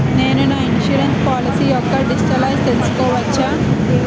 నేను నా insurance policy యెక్క డీటైల్స్ తెల్సుకోవచ్చా?